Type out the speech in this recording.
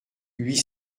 huit